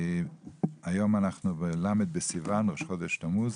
היום אנחנו בל' בסיון, ראש חודש תמוז,